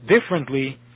differently